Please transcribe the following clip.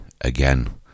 again